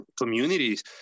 communities